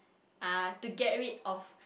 uh to get rid of